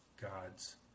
God's